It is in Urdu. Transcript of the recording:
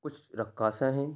کچھ رقاصہ ہیں